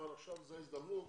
אבל עכשיו זו ההזדמנות